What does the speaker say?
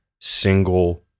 single